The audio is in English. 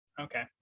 okay